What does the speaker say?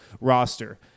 roster